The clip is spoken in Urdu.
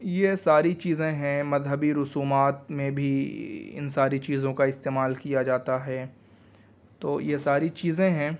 یہ ساری چیزیں ہیں مذہبی رسومات میں بھی ان ساری چیزوں کا استعمال کیا جاتا ہے تو یہ ساری چیزیں ہیں